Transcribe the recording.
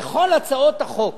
בכל הצעות החוק